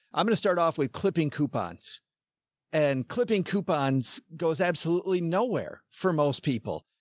i'm going to start off with clipping coupons and clipping coupons goes absolutely nowhere for most people.